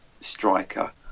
striker